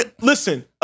listen